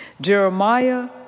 Jeremiah